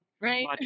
Right